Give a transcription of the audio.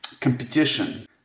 competition